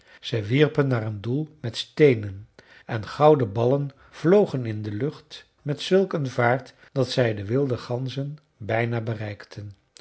ze wierpen naar een doel met steenen en gouden ballen vlogen in de lucht met zulk een vaart dat zij de wilde ganzen bijna bereikten